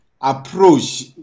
approach